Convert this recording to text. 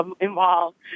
involved